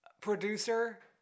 producer